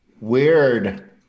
Weird